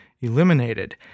eliminated